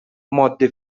ماده